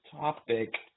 topic